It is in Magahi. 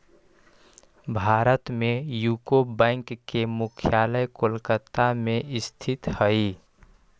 भारत में यूको बैंक के मुख्यालय कोलकाता में स्थित हइ